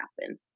happen